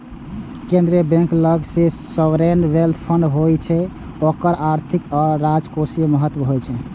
केंद्रीय बैंक लग जे सॉवरेन वेल्थ फंड होइ छै ओकर आर्थिक आ राजकोषीय महत्व होइ छै